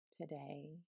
today